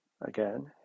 Again